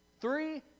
Three